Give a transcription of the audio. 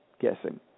guessing